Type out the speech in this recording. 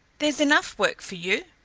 there's enough work for you.